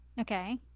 Okay